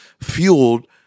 fueled